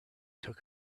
took